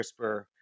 CRISPR